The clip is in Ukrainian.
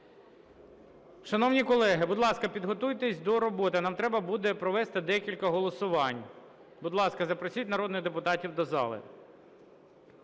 Шановні колеги, будь ласка, підготуйтесь до роботи, нам треба буде провести декілька голосувань. Будь ласка, запросіть народних депутатів до зали.